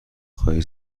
خواید